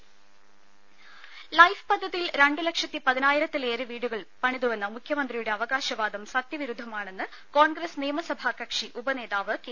രുദ ലൈഫ് പദ്ധതിയിൽ രണ്ടു ലക്ഷത്തി പതിനായിരത്തിലേറെ വീടുകൾ പണിതുവെന്ന മുഖ്യമന്ത്രിയുടെ അവകാശവാദം സത്യവിരുദ്ധമാണെന്ന് കോൺഗ്രസ് നിയമസഭാകക്ഷി ഉപനേതാവ് കെ